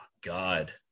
God